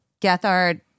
Gethard